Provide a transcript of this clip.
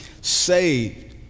saved